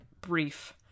brief